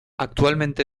actualmente